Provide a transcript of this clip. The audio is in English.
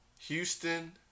Houston